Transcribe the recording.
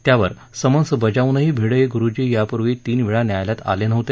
त्यावर समन्स बजावूनही भिडे गुरुजी यापूर्वी तीन वेळा न्यायालयात आलेले नव्हते